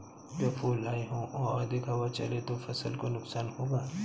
जब फूल आए हों और अधिक हवा चले तो फसल को नुकसान होगा?